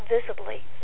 visibly